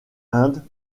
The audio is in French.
inde